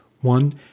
One